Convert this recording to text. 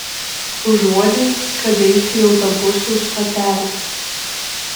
užuodei kad eisiu į autobusų stotelę